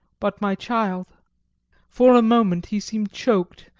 but my child for a moment he seemed choked,